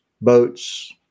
boats